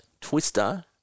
Twister